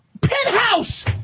penthouse